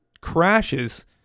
crashes